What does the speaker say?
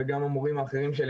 וגם המורים האחרים שלי,